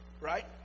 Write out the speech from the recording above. Right